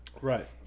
Right